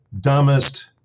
dumbest